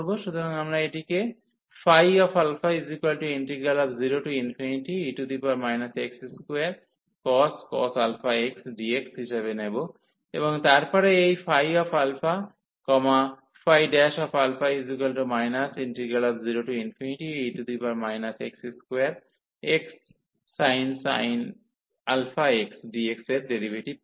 সুতরাং আমরা এটিকে 0e x2cos αx dx হিসাবে নেব এবং তারপরে এই 0e x2xsin αx dx এর ডেরিভেটিভ পাই